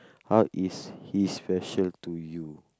how is he special to you